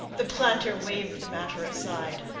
the planter waved the matter aside.